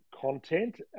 content